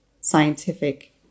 scientific